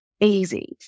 easy